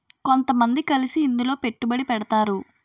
కొంతమంది కలిసి ఇందులో పెట్టుబడి పెడతారు